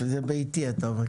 זה ביתי, אתה אומר.